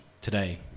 today